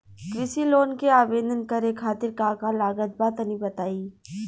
कृषि लोन के आवेदन करे खातिर का का लागत बा तनि बताई?